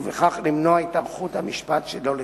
ובכך למנוע את התארכות המשפט שלא לצורך.